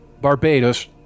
Barbados